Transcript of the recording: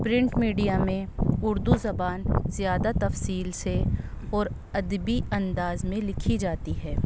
print media میں اردو زبان زیادہ تفصیل سے اور ادبی انداز میں لکھی جاتی ہے